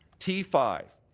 t five,